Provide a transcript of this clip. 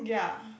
ya